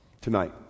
tonight